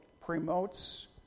promotes